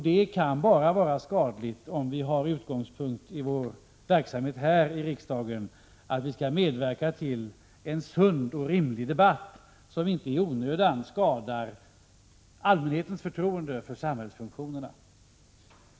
Detta kan bara vara skadligt — om vi har till utgångspunkt för vår verksamhet här i riksdagen att medverka till en sund och rimlig debatt, som inte i onödan skadar allmänhetens förtroende för samhällsfunktionerna.